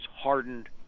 hardened